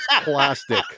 plastic